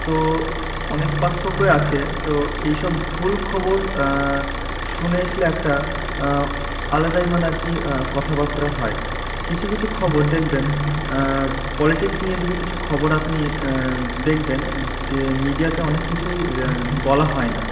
তো অনেক পার্থক্যই আছে তো এইসব ভুল খবর শুনে আসলে একটা আলাদাই মানে আর কি কথাবার্তা হয় কিছু কিছু খবর দেখবেন পলিটিক্স নিয়ে যদি কিছু খবর আপনি দেখবেন যে মিডিয়াতে অনেক কিছুই বলা হয় না